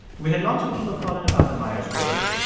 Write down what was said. we had lots of people call in about the myers-briggs.